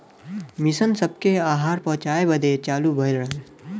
mission सबके आहार पहुचाए बदे चालू भइल रहल